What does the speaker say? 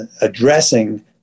addressing